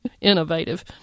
innovative